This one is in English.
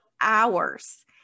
hours